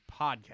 podcast